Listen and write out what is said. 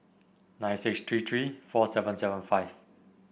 nine six three three four seven seven five